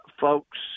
folks